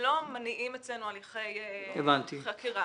לא מניעים אצלנו הליכי חקירה.